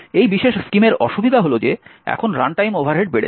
এই বিশেষ স্কিমের অসুবিধা হল যে এখন রানটাইম ওভারহেড বেড়েছে